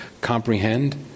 comprehend